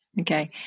Okay